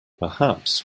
perhaps